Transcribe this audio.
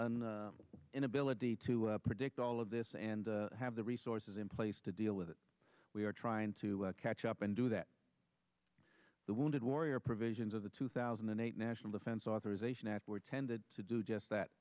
inability to predict all of this and have the resources in place to deal with it we are trying to catch up and do that the wounded warrior provisions of the two thousand and eight national defense authorization act were tended to do just that